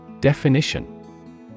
Definition